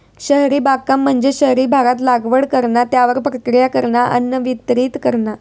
शहरी बागकाम म्हणजे शहरी भागात लागवड करणा, त्यावर प्रक्रिया करणा, अन्न वितरीत करणा